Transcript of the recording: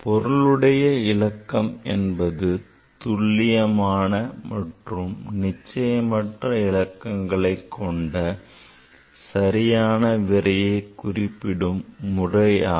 பொருளுடையவிலக்கம் என்பது துல்லியமான மற்றும் நிச்சயமற்ற இலக்கங்களைக் கொண்டு சரியான விடையை குறிப்பிடும் முறையாகும்